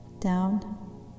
down